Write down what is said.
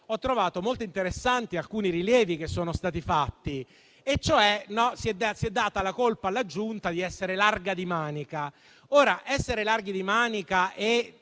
ho trovato molto interessanti alcuni rilievi che sono stati fatti, tali per cui si è data la colpa alla Giunta di essere larga di manica. Ora, essere larghi di manica e